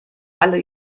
alle